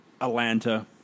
Atlanta